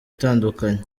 itandukanye